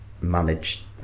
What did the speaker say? manage